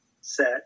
set